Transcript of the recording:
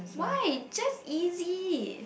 why just easy